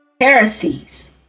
Heresies